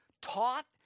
taught